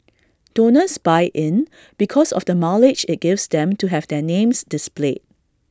donors buy in because of the mileage IT gives them to have their names displayed